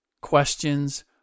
questions